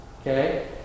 Okay